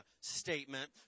statement